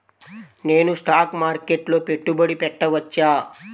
నేను స్టాక్ మార్కెట్లో పెట్టుబడి పెట్టవచ్చా?